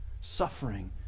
Suffering